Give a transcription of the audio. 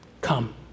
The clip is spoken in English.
come